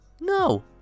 No